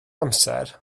amser